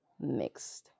next